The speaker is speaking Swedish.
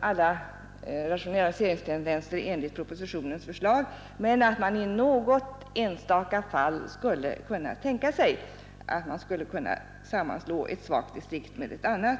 alla rationaliseringstendenser enligt propositionens förslag men att man i något enstaka fall skulle kunna tänka sig att sammanslå ett svagt distrikt med ett annat.